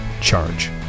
charge